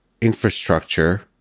infrastructure